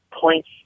points